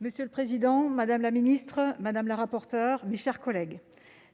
Monsieur le président, madame la secrétaire d'État, mes chers collègues,